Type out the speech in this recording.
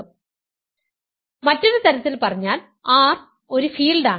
അതിനാൽ മറ്റൊരു തരത്തിൽ പറഞ്ഞാൽ R ഒരു ഫീൽഡാണ്